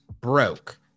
broke